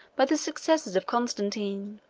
by the successors of constantine.